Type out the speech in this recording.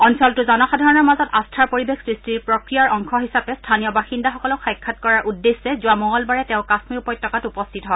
অঞ্চলটোৰ জনসাধাৰণৰ মাজত আস্থাৰ পৰিৱেশ সৃষ্টিৰ প্ৰক্ৰিয়াৰ অংশ হিচাপে স্থানীয় বাসিন্দাসকলক সাক্ষাৎ কৰাৰ উদ্দেশ্যে যোৱা মঙলবাৰে তেওঁ কাশ্মীৰ উপত্যকাত উপস্থিত হয়